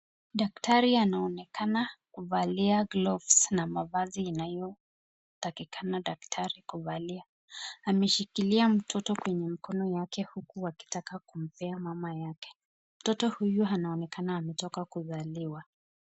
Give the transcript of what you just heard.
Daktari anaonekana kuvalia gloves na mavazi inayotakikana daktari kuvalia. Ameshikilia mtoto kwenye mkono yake huku akitaka kumpea mama yake. Mtoto huyu anaonekana ametoka kuzaliwa.